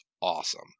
awesome